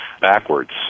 backwards